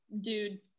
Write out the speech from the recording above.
dude